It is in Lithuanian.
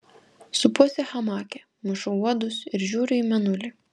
supuosi hamake mušu uodus ir žiūriu į mėnulį